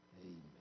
Amen